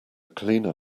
cleaner